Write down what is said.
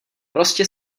prostě